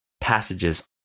passages